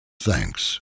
thanks